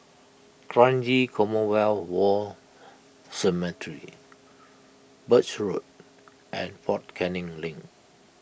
Kranji Commonwealth War Cemetery Birch Road and fort Canning Link